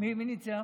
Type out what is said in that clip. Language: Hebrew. מי ניצח?